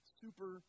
super